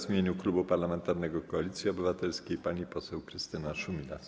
W imieniu Klubu Parlamentarnego Koalicja Obywatelska pani poseł Krystyna Szumilas.